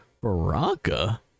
Baraka